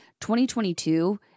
2022